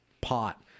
pot